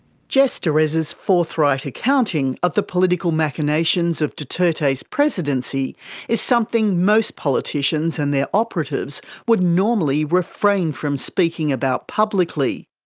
jess dureza's forthright accounting of the political machinations of duterte's presidency is something most politicians and their operatives would normally refrain from speaking about publicly.